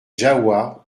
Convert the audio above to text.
jahoua